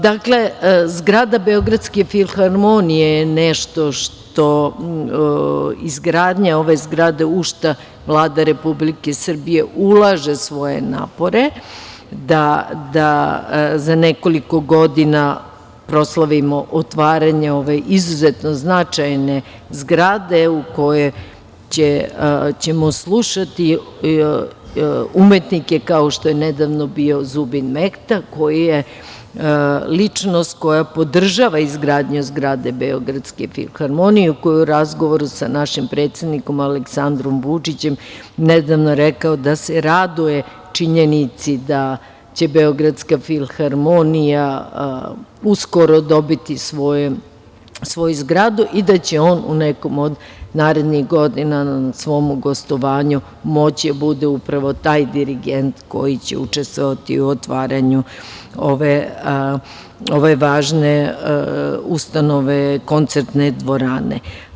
Dakle, zgrada Beogradske filharmonije je nešto što, izgradnja ove zgrade, u šta Vlada Republike Srbije ulaže svoje napore da za nekoliko godina proslavimo otvaranje ove izuzetno značajne zgrade u kojoj ćemo slušati umetnike kao što je nedavno bio Zubin Mehta, koji je ličnost koja podržava izgradnju zgrade Beogradske filharmonije, koji je u razgovoru na našim predsednikom Aleksandrom Vučićem nedavno rekao da se raduje činjenici da će Beogradska filharmonija uskoro dobiti svoju zgradu i da će on u nekom od narednih godina na svom gostovanju moći da bude upravo taj dirigent koji će učestvovati otvaranju ove važne ustanove, koncertne dvorane.